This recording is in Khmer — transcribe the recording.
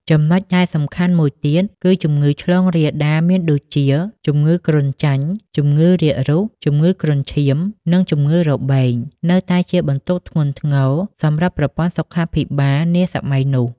ចំណុចដែលសំខាន់មួយទៀត គឺជំងឺឆ្លងរាលដាលមានដូចជា ជំងឺគ្រុនចាញ់ ជំងឺរាករូស ជំងឺគ្រុនឈាម និងជំងឺរបេងនៅតែជាបន្ទុកធ្ងន់ធ្ងរសម្រាប់ប្រព័ន្ធសុខាភិបាលនាសម័យនោះ។